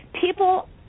people